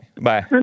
bye